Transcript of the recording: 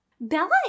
bella